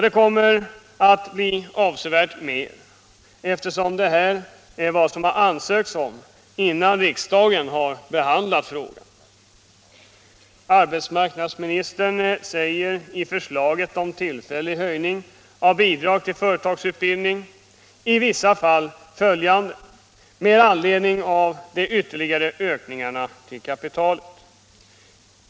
Det kommer att bli avsevärt mer, eftersom det här är vad man har ansökt om innan riksdagen har behandlat frågan.